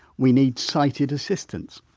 we need sighted assistance.